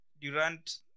Durant